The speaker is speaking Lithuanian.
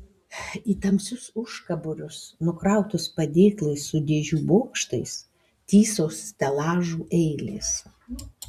į tamsius užkaborius nukrautus padėklais su dėžių bokštais tįso stelažų eilės